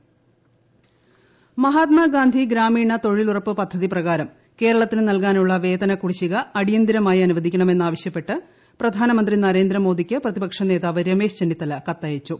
തൊഴിലുറപ്പ് പദ്ധതി ചെന്നിത്തല മഹാത്മാ ഗാന്ധി ഗ്രാമീണ തൊഴിലുറപ്പ് പദ്ധതി പ്രകാരം കേരളത്തിന് നൽകാനുള്ള വേതന കുടിശ്ശിക അടിയന്തിരമായി അനുവദിക്കണമെന്ന് ആവശ്യപ്പെട്ട് പ്രധാന മന്ത്രി നരേന്ദ്ര മോദിക്ക് പ്രതിപക്ഷ നേതാവ് രമേശ് ചെന്നിത്തല കത്തയച്ചു